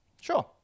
Sure